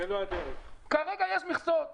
יש את התקנות החדשות